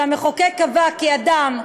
שהמחוקק קבע כי אדם,